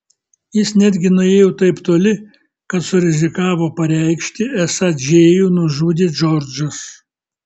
jis netgi nuėjo taip toli kad surizikavo pareikšti esą džėjų nužudė džordžas